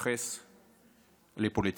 שמתייחס לפוליטיקאים,